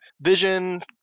Vision